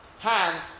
hand